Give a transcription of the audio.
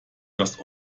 dass